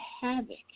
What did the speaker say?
havoc